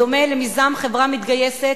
בדומה למיזם "חברה מתגייסת",